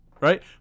right